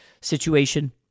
situation